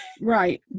Right